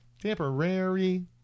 temporary